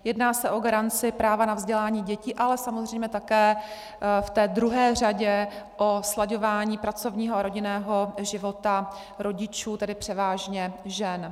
Jedná se o garanci práva na vzdělání dětí, ale samozřejmě také v té druhé řadě o slaďování pracovního a rodinného života rodičů, tedy převážně žen.